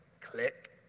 Click